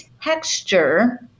texture